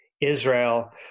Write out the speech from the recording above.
Israel